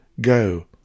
Go